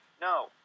No